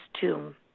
tomb